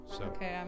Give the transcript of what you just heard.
Okay